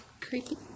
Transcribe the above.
Creepy